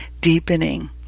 deepening